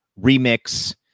remix